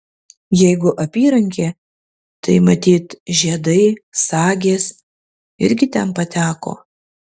jeigu apyrankė tai matyt žiedai sagės irgi ten pateko